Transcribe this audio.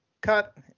cut